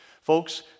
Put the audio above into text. Folks